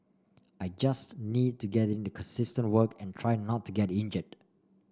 I just need to get in the consistent work and try not to get injured